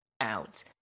out